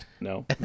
No